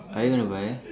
are you going to buy